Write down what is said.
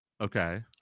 Okay